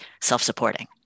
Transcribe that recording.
self-supporting